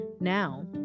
now